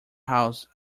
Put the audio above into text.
house